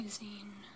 using